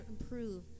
improve